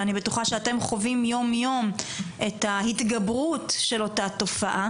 ואני בטוחה שאתם חווים יום-יום את ההתגברות של אותה תופעה